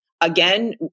again